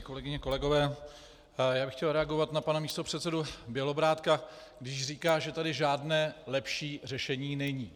Kolegyně, kolegové, já bych chtěl reagovat na pana místopředsedu Bělobrádka, když říká, že tady žádné lepší řešení není.